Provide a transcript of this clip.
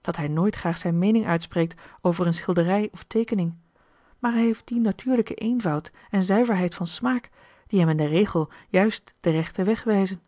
dat hij nooit graag zijn meening uitspreekt over een schilderij of teekening maar hij heeft dien natuurlijken eenvoud en zuiverheid van smaak die hem in den regel juist den rechten